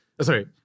sorry